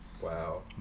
Wow